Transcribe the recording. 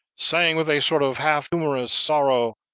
saying, with a sort of half humorous sorrow,